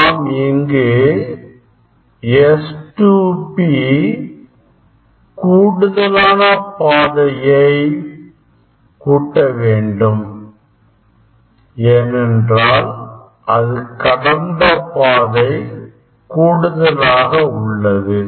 நாம் இங்கு S2P கூடுதலான பாதையை கூட்ட வேண்டும் ஏனென்றால் அது கடந்த பாதை கூடுதலாக உள்ளது